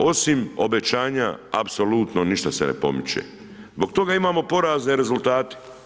Osim obećanja apsolutno ništa se ne pomiče, zbog toga imamo porazne rezultate.